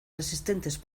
resistentes